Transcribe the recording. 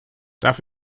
darf